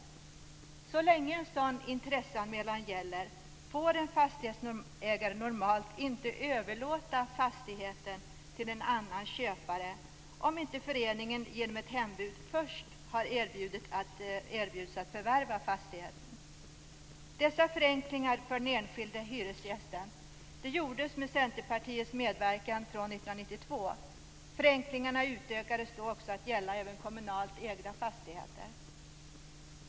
Så länge en sådan intresseanmälan gäller får en fastighetsägare normalt inte överlåta fastigheten till en annan köpare, om inte föreningen genom ett hembud först har erbjudits att förvärva fastigheten. Dessa förenklingar för den enskilde hyresgästen gjordes med Centerpartiets medverkan 1992. Förenklingarna utökades då till att också gälla kommunalt ägda fastigheter. Fru talman!